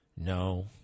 No